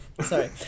Sorry